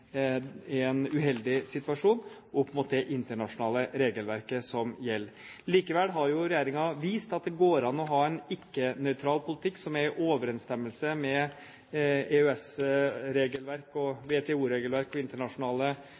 i en uheldig situasjon opp mot det internasjonale regelverket som gjelder. Likevel har regjeringen vist at det går an å ha en ikke-nøytral politikk som er i overensstemmelse med EØS-regelverk, WTO-regelverk og internasjonale